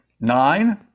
nine